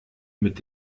mit